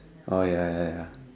oh ya ya ya